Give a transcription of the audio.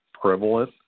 prevalent